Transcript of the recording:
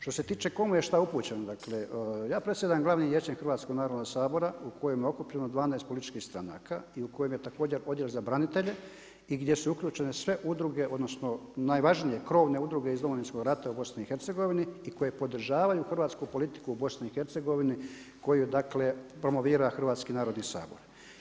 Što se tiče kome je šta upućeno, dakle ja predsjedam Glavnim vijećem Hrvatskog narodnog sabora u kojem je okupljeno 12 političkih stranaka i u kojem je također Odjel za branitelje i gdje su uključene sve udruge, odnosno najvažnije krovne udruge iz Domovinskog rata u BiH i koje podržavaju hrvatsku politiku u BiH koju dakle promovira Hrvatski narodni sabor.